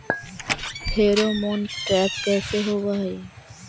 Pheromone trap कैसे होब हई?